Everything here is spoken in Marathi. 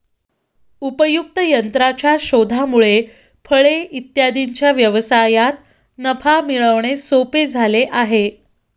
उपयुक्त यंत्राच्या शोधामुळे फळे इत्यादींच्या व्यवसायात नफा मिळवणे सोपे झाले आहे